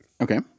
Okay